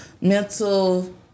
mental